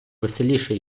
веселіше